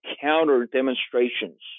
counter-demonstrations